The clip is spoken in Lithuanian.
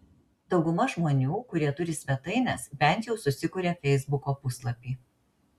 dauguma žmonių kurie turi svetaines bent jau susikuria feisbuko puslapį